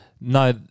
No